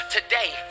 Today